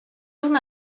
una